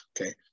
Okay